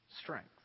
strength